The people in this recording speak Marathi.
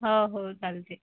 हो हो चालते